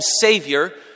Savior